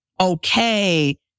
okay